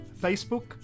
Facebook